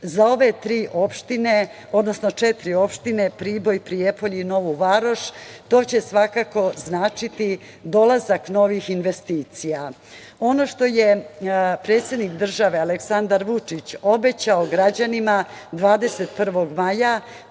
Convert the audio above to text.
Za ove tri opštine, odnosno četiri opštine Priboj, Prijepolje i Novu Varoš to će svakako značiti dolazak novih investicija. Ono što je predsednik države Aleksandar Vučić obećao građanima 21. maja